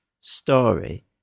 story